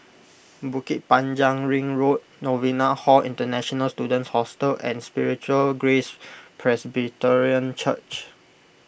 Bukit Panjang Ring Road Novena Hall International Students Hostel and Spiritual Grace Presbyterian Church